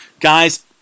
Guys